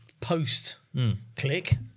post-click